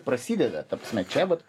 prasideda ta prasme čia vat